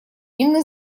инны